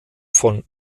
von